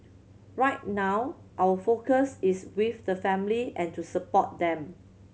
right now our focus is with the family and to support them